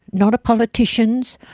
not a politician's,